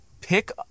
pick